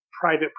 private